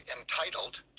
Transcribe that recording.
entitled